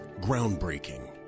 Groundbreaking